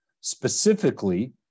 Specifically